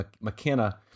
McKenna